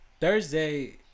Thursday